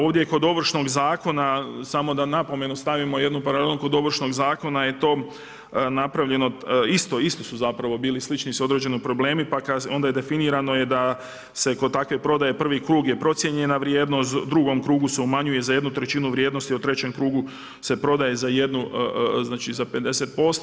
Ovdje kod Ovršnog zakona samo da napomenu stavimo, jedna paralela kod Ovršnog zakona je to napravljeno, isti su zapravo, slični su određeni problemi pa onda je definirano da se kod takve prodaje prvi krug je procijenjena vrijednost, u drugom krugu se umanjuje za 1/3 vrijednosti, u trećem krugu se prodaje za 50%